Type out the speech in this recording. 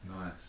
Nice